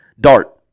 Dart